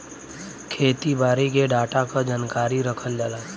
खेती बारी के डाटा क जानकारी रखल जाला